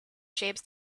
shapes